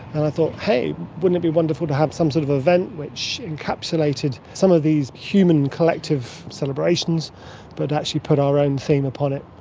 and i thought, hey, wouldn't it be wonderful to have some sort of event which encapsulated some of these human collective celebrations but actually put our own theme upon upon it.